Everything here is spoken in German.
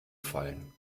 fallen